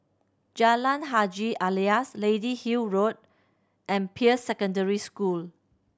Jalan Haji Alias Lady Hill Road and Peirce Secondary School